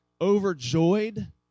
overjoyed